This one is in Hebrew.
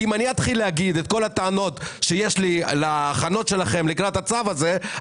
אם אני אגיד את כל הטענות שיש לי על ההכנות שלכם לקראת הצו הזה,